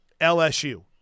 LSU